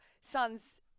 sons